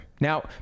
Now